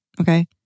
Okay